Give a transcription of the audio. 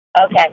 Okay